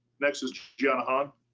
next is john,